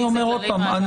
אני אומר עוד פעם,